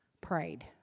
prayed